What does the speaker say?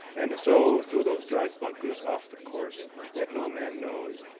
and so thro' those dark bunkers off the course that no man knows.